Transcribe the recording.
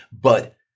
But-